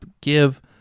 give